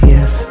Yes